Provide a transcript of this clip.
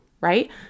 right